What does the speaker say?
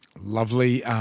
Lovely